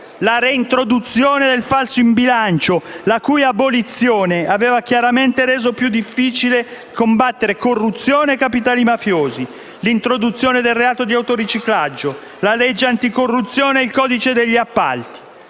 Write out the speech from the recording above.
la reintroduzione del falso in bilancio, la cui abolizione aveva chiaramente reso più difficile combattere corruzione e capitali mafiosi; l'introduzione del reato di autoriciclaggio, la legge anticorruzione ed il codice degli appalti.